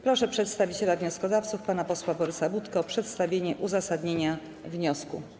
Proszę przedstawiciela wnioskodawców pana posła Borysa Budkę o przedstawienie uzasadnienia wniosku.